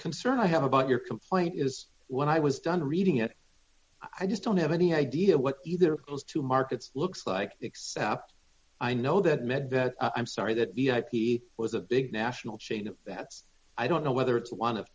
concern i have about your complaint is when i was done reading it i just don't have any idea what either of those two markets looks like except i know that meant that i'm sorry that he was a big national chain that i don't know whether it's one of